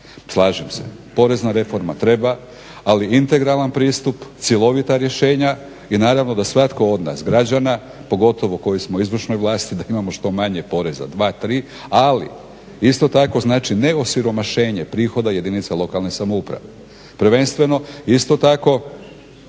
slažem se, porezna reforma treba, ali integralan pristup, cjelovita rješenja, i naravno da svatko od nas građana, pogotovo koji smo u izvršnoj vlasti da imamo što manje poreza dva, tri, ali isto tako znači ne osiromašenje prihoda jedinica lokalne samouprave. Prvenstveno isto tako